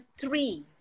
three